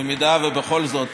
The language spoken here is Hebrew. במידה שבכל זאת